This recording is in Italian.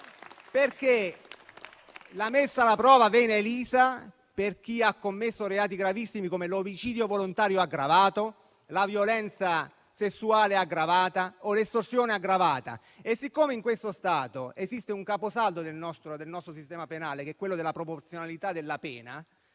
la messa alla prova viene elisa per chi ha commesso reati gravissimi come l'omicidio volontario aggravato, la violenza sessuale aggravata o l'estorsione aggravata. Siccome in questo Stato esiste un caposaldo del nostro sistema penale che è quello della proporzionalità della pena,